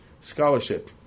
scholarship